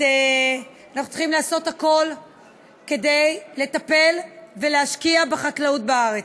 אנחנו צריכים לעשות הכול כדי לטפל ולהשקיע בחקלאות בארץ.